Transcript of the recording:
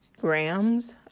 grams